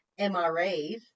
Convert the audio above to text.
MRAs